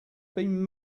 been